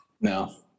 No